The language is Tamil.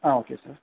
ah okay sir